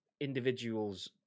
individuals